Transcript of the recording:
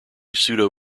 pseudo